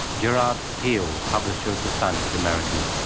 gerard piel, publisher of the scientific american.